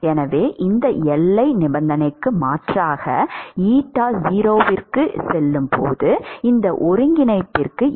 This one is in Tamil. எனவே இந்த எல்லை நிபந்தனைக்கு மாற்றாக எட்டா 0 க்கு செல்லும் போது இந்த ஒருங்கிணைப்புக்கு என்ன நடக்கும்